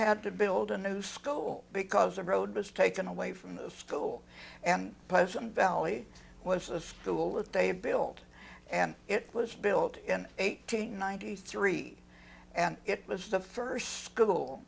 had to build a new school because the road was taken away from the school and pleasant valley was a school that they had built and it was built in eighteen ninety three and it was the first school